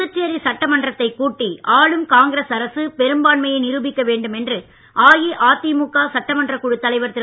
புதுச்சேரி சட்டமன்றத்தைக் கூட்டி ஆளும் காங்கிரஸ் அரசு பெரும்பான்மையை நிரூபிக்க வேண்டும் என்று அஇஅதிமுக சட்டமன்றக் குழுத் தலைவர் திரு